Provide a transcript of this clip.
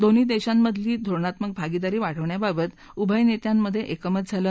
दोन्ही देशांमधली धोरणात्मक भागीदारी वाढवण्याबाबत उभय नेत्यांमधे एकमत झालं